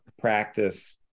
practice